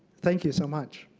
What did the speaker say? thank you so much.